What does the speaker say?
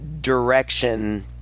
direction